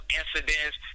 incidents